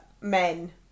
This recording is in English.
men